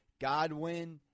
Godwin